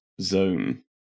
zone